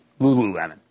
Lululemon